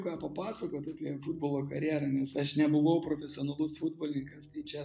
ką papasakot apie futbolo karjerą nes aš nebuvau profesionalus futbolinikas tai čia